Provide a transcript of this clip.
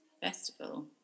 festival